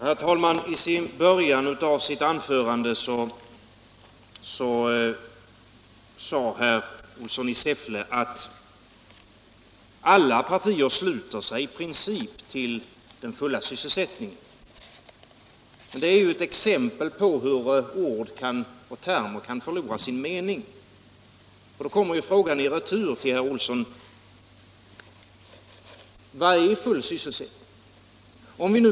Herr talman! I början av sitt anförande sade herr Gustafsson i Säffle att alla partier i princip sluter upp kring den fulla sysselsättningen. Detta är ett exempel på hur ord och termer kan förlora sin mening. Frågan kommer i retur till herr Gustafsson: Vad är full sysselsättning?